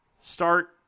Start